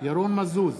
ירון מזוז,